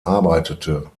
arbeitete